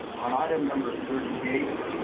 on item number thirty eight,